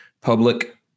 public